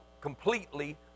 completely